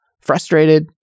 frustrated